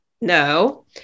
No